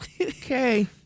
Okay